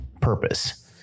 purpose